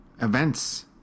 events